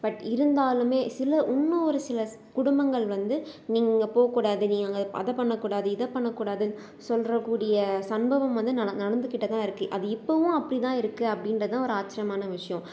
but இருந்தாலும் சில இன்னொரு சில குடும்பங்கள் வந்து நீ இங்கே போகக்கூடாது நீ அதை பண்ணக்கூடாது இதை பண்ணக்கூடாது சொல்கிறக்கூடிய சம்பவம் வந்து நட நடந்துக்கிட்டு தான் இருக்குது அது இப்போவும் அப்படி தான் இருக்குது அப்படின்றது தான் ஒரு ஆச்சிரியமான விஷயம்